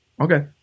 Okay